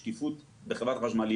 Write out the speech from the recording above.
יש שקיפות בחברת החשמל,